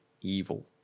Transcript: evil